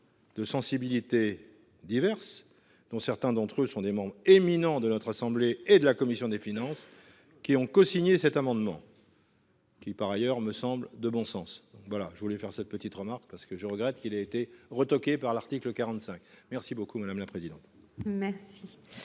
De sensibilités diverses dont certains d'entre eux sont des membres éminents de notre assemblée et de la commission des finances, qui ont cosigné cet amendement. Qui par ailleurs me semble de bon sens. Voilà, je voulais faire cette petite remarque parce que, je regrette qu'il ait été retoqué par l'article 45. Merci beaucoup madame la présidente.